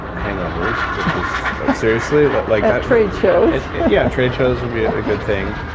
hangovers, which is seriously like like at trade shows yeah, trade shows would be a good thing,